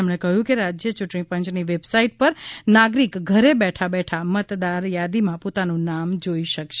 તેમણે કહ્યું કે રાજ્ય યૂંટણી પંચની વેબસાઇટ પર નાગરિક ઘરે બેઠાબેઠા મતદાર થાદીમાં પોતાનું નામ જોઇ શકશે